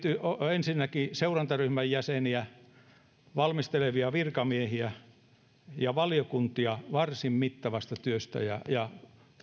ensinnäkin seurantaryhmän jäseniä valmistelevia virkamiehiä ja valiokuntia varsin mittavasta työstä ja ja